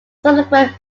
subsequent